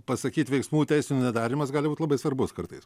pasakyt veiksmų teisminių nedarymas gali būt labai svarbus kartais